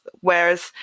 Whereas